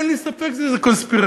אין לי ספק שזה קונספירטיבי.